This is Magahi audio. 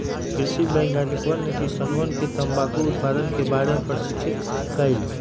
कृषि वैज्ञानिकवन ने किसानवन के तंबाकू उत्पादन के बारे में प्रशिक्षित कइल